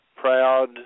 proud